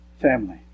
family